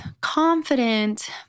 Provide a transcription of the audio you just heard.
confident